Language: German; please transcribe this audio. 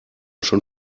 schon